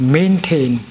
maintain